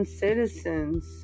citizens